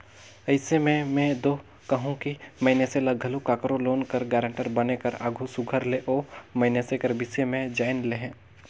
अइसे में में दो कहूं कि मइनसे ल घलो काकरो लोन कर गारंटर बने कर आघु सुग्घर ले ओ मइनसे कर बिसे में जाएन लेहे